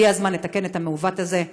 הגיע הזמן לתקן את המעוות הזה.